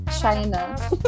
China